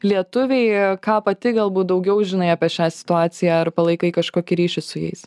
lietuviai ką pati galbūt daugiau žinai apie šią situaciją ar palaikai kažkokį ryšį su jais